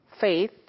faith